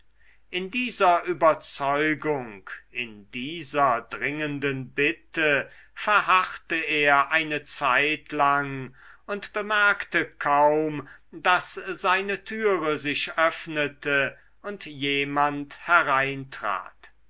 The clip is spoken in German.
in dieser überzeugung in dieser dringenden bitte verharrte er eine zeitlang und bemerkte kaum daß seine türe sich öffnete und jemand hereintrat